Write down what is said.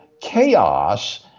chaos